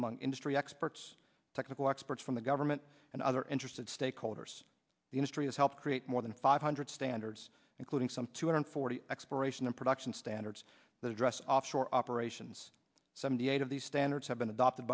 among industry experts technical experts from the government and other interested stakeholders the industry has helped create more than five hundred standards including some two hundred forty exploration and production standards that address offshore operations seventy eight of these standards have been adopted